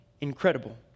incredible